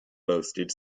boasted